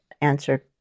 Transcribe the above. answer